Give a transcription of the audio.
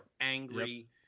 angry